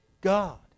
God